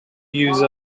use